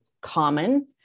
common